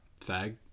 Fag